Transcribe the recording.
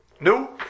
No